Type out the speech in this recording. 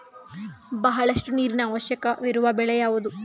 ಬಹಳಷ್ಟು ನೀರಿನ ಅವಶ್ಯಕವಿರುವ ಬೆಳೆ ಯಾವುವು?